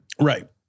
Right